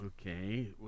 Okay